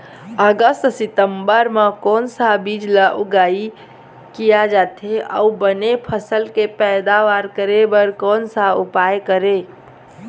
अगस्त सितंबर म कोन सा बीज ला उगाई किया जाथे, अऊ बने फसल के पैदावर करें बर कोन सा उपाय करें?